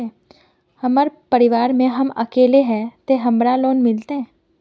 हम परिवार में हम अकेले है ते हमरा लोन मिलते?